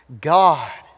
God